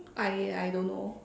I I don't know